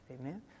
Amen